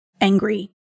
angry